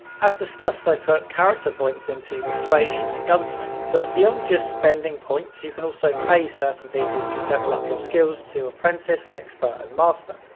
as discussed, i put character points into persuasion and gunsmith but beyond just spending points, you can also pay certain people to level up your skills to apprentice, expert, and master.